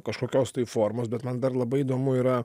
kažkokios tai formos bet man dar labai įdomu yra